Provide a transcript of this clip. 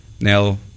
Now